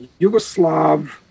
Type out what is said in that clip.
Yugoslav